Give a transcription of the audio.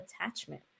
attachment